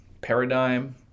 paradigm